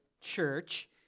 church